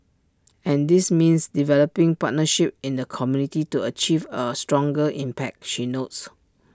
and this means developing partnerships in the community to achieve A stronger impact she notes